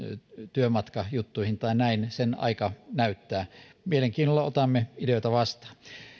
työmatkajuttuihin tai näin sen aika näyttää mielenkiinnolla otamme ideoita vastaan